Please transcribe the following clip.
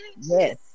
Yes